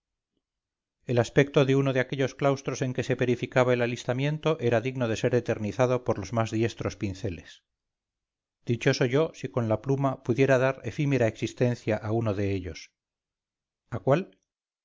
el aspecto de uno de aquellos claustros en que se verificaba el alistamiento era digno de ser eternizado por los más diestros pinceles dichoso yo si con la pluma pudiera dar efímera existencia a uno de ellos a cuál